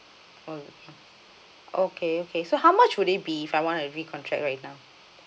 okay okay okay so how much would it be if I want to re-contract right now